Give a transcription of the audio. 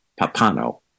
Papano